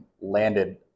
landed